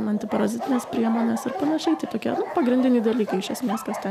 antiparazitinės priemonės ir panašiai tai tokie nu pagrindiniai dalykai iš esmės kas ten